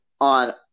on